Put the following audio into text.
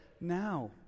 now